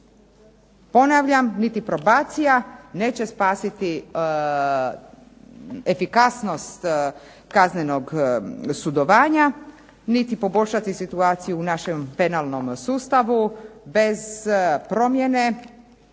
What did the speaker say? Ponavljam niti probacija neće spasiti efikasnost kaznenog sudovanja, niti poboljšati situaciju u našem penalnom sustavu bez promjene